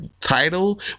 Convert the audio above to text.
title